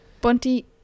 Bunty